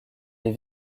les